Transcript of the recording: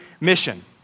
mission